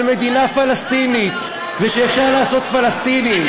מדינה פלסטינית ושאפשר לעשות מדינה פלסטינית.